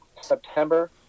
September